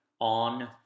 on